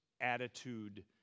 attitude